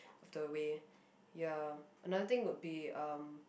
of the way ya another thing would be um